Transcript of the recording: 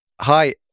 Hi